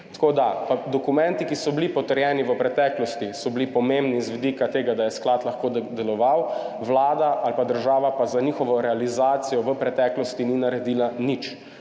Tako da dokumenti, ki so bili potrjeni v preteklosti, so bili pomembni z vidika tega, da je sklad lahko deloval, Vlada ali pa država pa za njihovo realizacijo v preteklosti ni naredila nič.